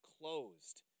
closed